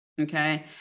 Okay